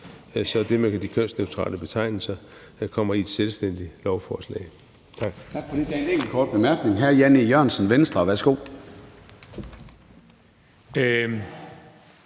så det med de kønsneutrale betegnelser kommer i et selvstændigt lovforslag.